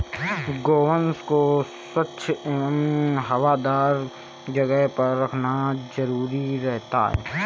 गोवंश को स्वच्छ एवं हवादार जगह पर रखना जरूरी रहता है